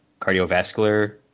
cardiovascular